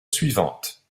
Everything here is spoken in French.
suivante